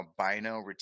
albino